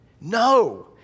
No